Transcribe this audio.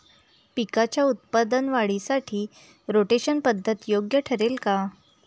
पिकाच्या उत्पादन वाढीसाठी रोटेशन पद्धत योग्य ठरेल का?